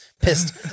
pissed